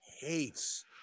hates